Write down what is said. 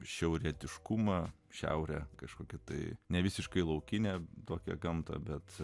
šiaurietiškumą šiaurę kažkokiu tai ne visiškai laukinė tokia gamta bet